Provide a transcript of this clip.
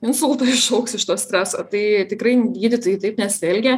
insultą iššauks iš to streso tai tikrai gydytojai taip nesielgia